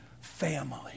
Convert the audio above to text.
family